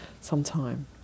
sometime